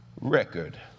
record